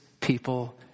people